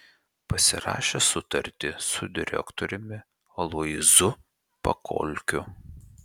pasirašė sutartį su direktoriumi aloyzu pakolkiu